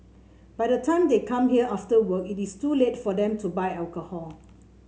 by the time they come here after work it is too late for them to buy alcohol